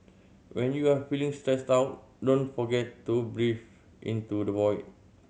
when you are feeling stressed out don't forget to breathe into the void